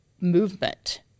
movement